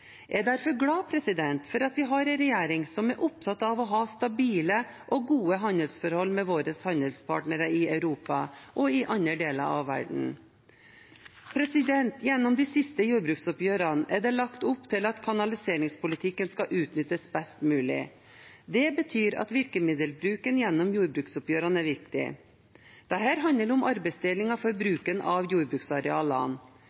Jeg er derfor glad for at vi har en regjering som er opptatt av å ha stabile og gode handelsforhold med våre handelspartnere i Europa og i andre deler av verden. Gjennom de siste jordbruksoppgjørene er det lagt opp til at kanaliseringspolitikken skal utnyttes best mulig. Det betyr at virkemiddelbruken gjennom jordbruksoppgjørene er viktig. Dette handler om arbeidsdelingen for